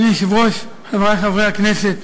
אדוני היושב-ראש, חברי חברי הכנסת,